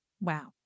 Wow